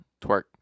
twerk